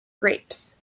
grapes